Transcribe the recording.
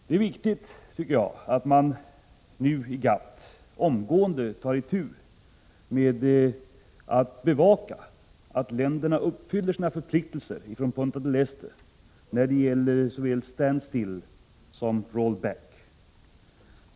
Det är viktigt att man nu i GATT omgående tar itu med att bevaka att länderna uppfyller sina förpliktelser från förhandingarna i Punta del Este när det gäller såväl ”stand-still” som ”roll back”.